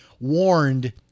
warned